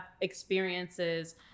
experiences